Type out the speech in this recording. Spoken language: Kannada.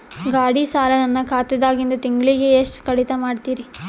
ಗಾಢಿ ಸಾಲ ನನ್ನ ಖಾತಾದಾಗಿಂದ ತಿಂಗಳಿಗೆ ಎಷ್ಟು ಕಡಿತ ಮಾಡ್ತಿರಿ?